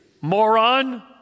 moron